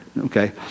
okay